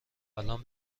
الان